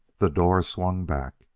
the doors swung back.